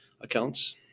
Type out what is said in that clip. accounts